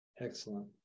Excellent